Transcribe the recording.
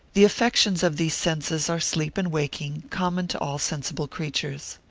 the affections of these senses are sleep and waking, common to all sensible creatures.